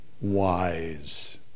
wise